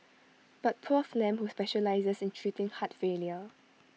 but Prof Lam who specialises in treating heart failure